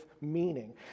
meaning